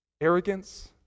Arrogance